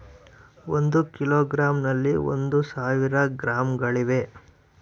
ಒಂದು ಕಿಲೋಗ್ರಾಂ ನಲ್ಲಿ ಒಂದು ಸಾವಿರ ಗ್ರಾಂಗಳಿವೆ